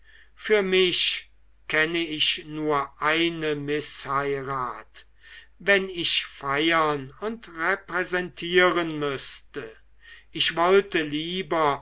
für mich kenne ich nur eine mißheirat wenn ich feiern und repräsentieren müßte ich wollte lieber